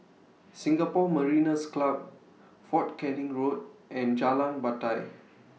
Singapore Mariners' Club Fort Canning Road and Jalan Batai